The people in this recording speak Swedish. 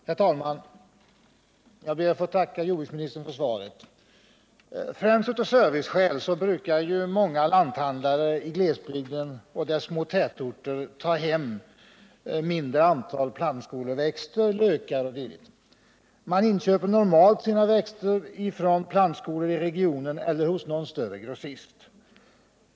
Herr talman! Jag ber att få tacka jordbruksministern för svaret på min fråga. Främst av serviceskäl brukar många lanthandlare i glesbygden och dess små tätorter ta hem mindre antal plantskoleväxter, lökar o. d. Man inköper normalt sina växter från plantskolor i regionen eller hos någon större grossist.